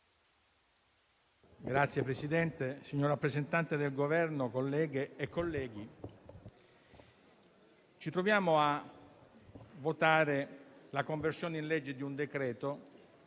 Signor Presidente, signor rappresentante del Governo, colleghe e colleghi, ci troviamo a votare la conversione in legge di un decreto-legge